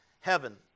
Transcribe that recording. heaven